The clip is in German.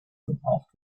verbraucht